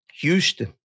Houston